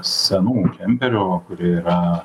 senų kemperių kurie yra